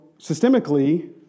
systemically